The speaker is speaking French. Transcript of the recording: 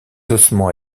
ossements